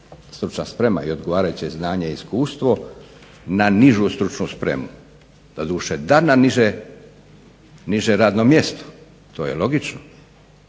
stručna sprema i odgovarajuće znanje i iskustvo na nižu stručnu spremu, doduše da na niže radno mjesto, to je logično,